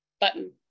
button